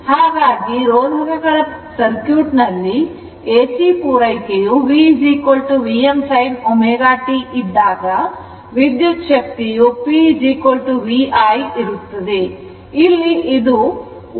ಹಾಗಾಗಿ ಪರಿಪೂರ್ಣ ರೋಧಕಗಳ ಸರ್ಕ್ಯೂಟ್ ನಲ್ಲಿ ಎಸಿ ಪೂರೈಕೆಯು V Vm sin ω t ಇದ್ದಾಗ ವಿದ್ಯುತ್ ಶಕ್ತಿಯು p v i ಇರುತ್ತದೆ